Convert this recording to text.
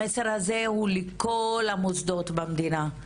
המסר הזה הוא לכל המוסדות במדינה,